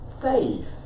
faith